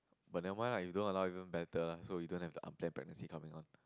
but nevermind lah if don't allow even better lah so you don't have the unplanned pregnancy coming on